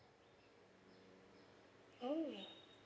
oh